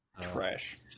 Trash